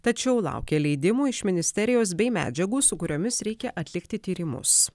tačiau laukia leidimų iš ministerijos bei medžiagų su kuriomis reikia atlikti tyrimus